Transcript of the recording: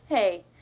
Hey